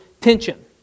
tension